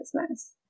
business